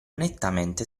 nettamente